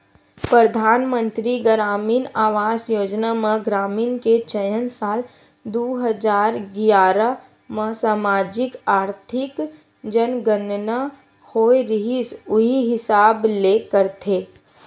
परधानमंतरी गरामीन आवास योजना म ग्रामीन के चयन साल दू हजार गियारा म समाजिक, आरथिक जनगनना होए रिहिस उही हिसाब ले करथे